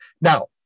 Now